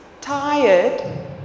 tired